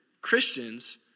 Christians